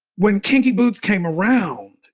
when kinky boots came around,